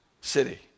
city